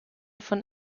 von